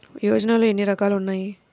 యోజనలో ఏన్ని రకాలు ఉన్నాయి?